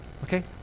Okay